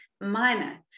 minor